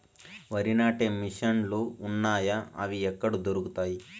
వరి నాటే మిషన్ ను లు వున్నాయా? అవి ఎక్కడ దొరుకుతాయి?